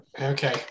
okay